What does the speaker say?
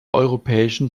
europäischen